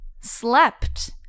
slept